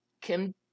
Kim